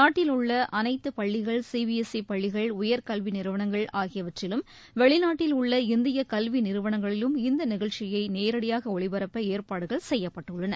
நாட்டிலுள்ள அனைத்து பள்ளிகள் சி பி எஸ் ஈ பள்ளிகள் உயர்கல்வி நிறுவனங்கள் ஆகியவற்றிலும் வெளிநாட்டில் உள்ள இந்திய கல்வி நிறுவளங்களிலும் இந்த நிகழ்ச்சியை நேரடியாக ஒளிபரப்ப ஏற்பாடுகள் செய்யப்பட்டுள்ளன